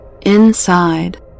Inside